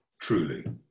truly